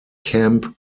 camp